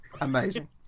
Amazing